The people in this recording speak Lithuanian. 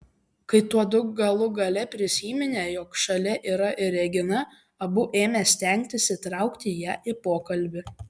kai tuodu galų gale prisiminė jog šalia yra ir regina abu ėmė stengtis įtraukti ją į pokalbį